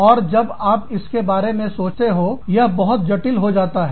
और जब आप इसके बारे में सोचते हो यह बहुत जटिल हो जाता है